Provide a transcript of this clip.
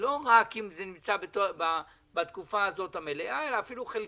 לא רק אם זה נמצא בתקופה המלאה, אלא אפילו חלקית,